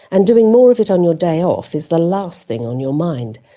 and doing more of it on your day off is the last thing on your mind,